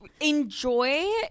enjoy